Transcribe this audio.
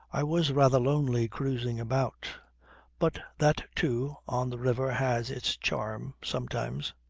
i was rather lonely cruising about but that, too, on the river has its charm, sometimes.